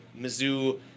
Mizzou –